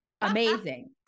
Amazing